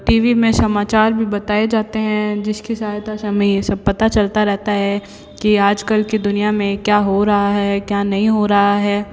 T V में समाचार भी बताए जाते हैं जिसकी सहायता से हमें ये सब पता चलता रहता है कि आजकल की दुनिया में क्या हो रहा है क्या नहीं हो रहा है